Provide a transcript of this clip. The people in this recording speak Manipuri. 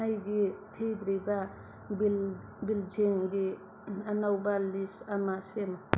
ꯑꯩꯒꯤ ꯊꯤꯗ꯭ꯔꯤꯕ ꯕꯤꯜ ꯕꯤꯜꯁꯤꯡꯒꯤ ꯑꯅꯧꯕ ꯂꯤꯁ ꯑꯃ ꯁꯦꯝꯃꯨ